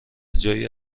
جایی